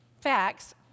facts